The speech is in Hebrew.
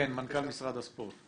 מנכ"ל משרד הספורט.